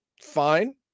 Fine